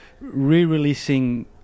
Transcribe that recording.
re-releasing